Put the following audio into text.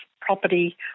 property